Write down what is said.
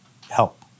help